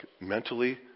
mentally